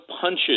punches